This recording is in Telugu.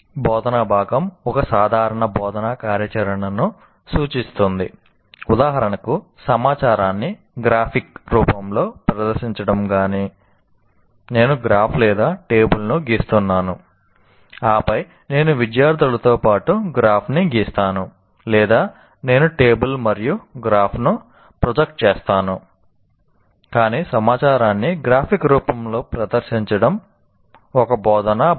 బోధనా భాగం ఒక సాధారణ బోధనా కార్యాచరణను సూచిస్తుంది ఉదాహరణకు సమాచారాన్ని గ్రాఫిక్ రూపంలో ప్రదర్శించడం ఒక బోధనా భాగం